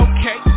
Okay